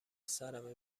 سرمه